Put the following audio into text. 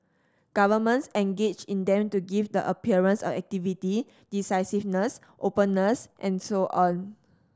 governments engage in them to give the appearance of activity decisiveness openness and so on